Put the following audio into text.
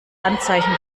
anzeichen